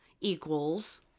equals